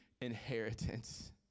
inheritance